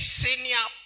senior